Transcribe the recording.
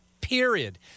period